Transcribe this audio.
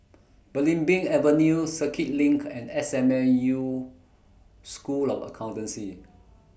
Belimbing Avenue Circuit LINK and S M U School of Accountancy